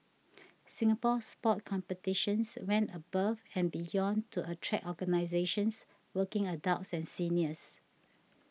Singapore Sport Competitions went above and beyond to attract organisations working adults and seniors